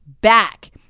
back